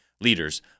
leaders